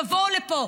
תבואו לפה,